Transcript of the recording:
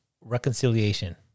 reconciliation